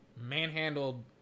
manhandled